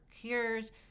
Cures